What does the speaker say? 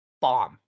Bomb